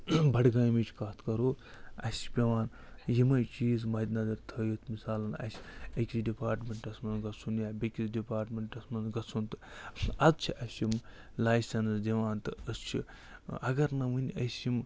بَڈٕگامِچ کَتھ کَرو اَسہِ چھِ پٮ۪وان یِمَے چیٖز مَدِ نظر تھٲوِتھ مِثالَن اَسہِ أکۍسٕے ڈِپاٹمٮ۪نٛٹَس منٛز گژھُن یا بیٚکِس ڈِپاٹمٮ۪نٛٹَس منٛز گژھُن تہٕ اَدٕ چھِ اَسہِ یِم لایسٮ۪نٕس دِوان تہٕ أسۍ چھِ اگر نہٕ وٕنۍ أسۍ یِم